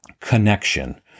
connection